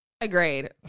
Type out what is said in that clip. Agreed